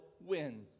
win